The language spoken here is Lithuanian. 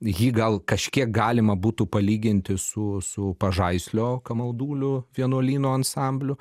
jį gal kažkiek galima būtų palyginti su su pažaislio kamaldulių vienuolyno ansambliu